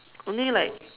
only like